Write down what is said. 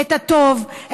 את הטוב,